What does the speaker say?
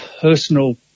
personal